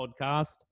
podcast